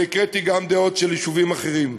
אבל הקראתי גם דעות של יישובים אחרים.